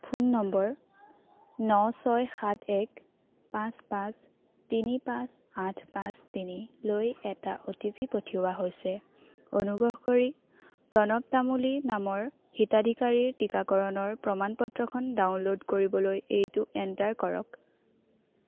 phone নম্বৰ ন ছয় সাত এক পাঁচ পাঁচ তিনি পাঁচ আঠ পাঁচ তিনি লৈ এটা অ'টিপি পঠিওৱা হৈছে অনুগ্ৰহ কৰি প্ৰণৱ তামুলী নামৰ হিতাধিকাৰীৰ টিকাকৰণৰ প্ৰমাণ পত্ৰখন ডাউনল'ড কৰিবলৈ এইটো এণ্টাৰ কৰক